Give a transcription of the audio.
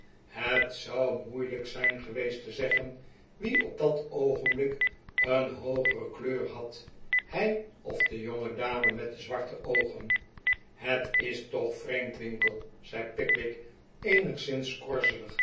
het zou moeilijk zijn geweest te zeggen wie op dat oogenblik een hoogere kleur had hij of de jongedame met de z warte oogen het is toch vreemd winkle zei pickwick eenigszins